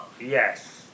Yes